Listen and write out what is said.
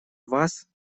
вас